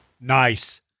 Nice